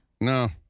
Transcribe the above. No